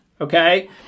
Okay